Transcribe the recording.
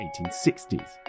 1860s